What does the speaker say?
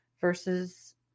versus